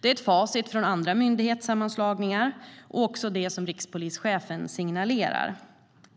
Det är ett facit från andra myndighetssammanslagningar och också det som rikspolischefen signalerar.